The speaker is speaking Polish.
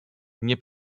nie